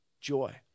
joy